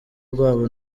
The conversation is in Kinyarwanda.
rwabo